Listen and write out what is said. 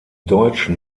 deutschen